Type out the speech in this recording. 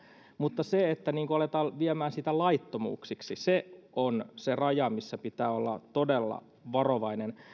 mutta se että aletaan viemään sitä laittomuuksiksi se on se raja missä pitää olla todella varovainen